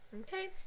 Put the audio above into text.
okay